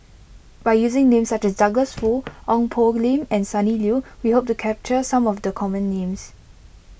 by using names such as Douglas Foo Ong Poh Lim and Sonny Liew we hope to capture some of the common names